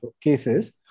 cases